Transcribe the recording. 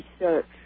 research